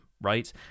right